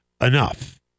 enough